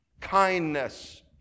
Kindness